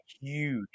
huge